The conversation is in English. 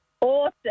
Awesome